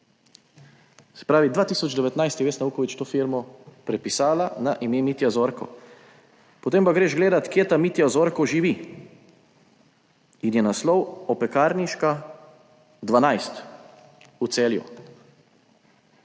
Se pravi, 2019 je Vesna Vuković to firmo prepisala na ime Mitja Zorko. Potem pa greš gledati, kje ta Mitja Zorko živi in je naslov Opekarniška 12, v Celju,